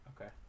Okay